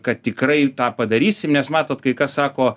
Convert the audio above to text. kad tikrai tą padarysim nes matot kai kas sako